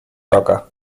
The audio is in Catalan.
toca